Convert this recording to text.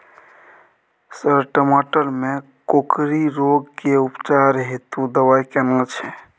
Sir टमाटर में कोकरि रोग के उपचार हेतु दवाई केना छैय?